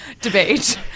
debate